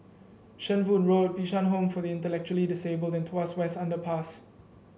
Shenvood Road Bishan Home for the Intellectually Disabled and Tuas West Underpass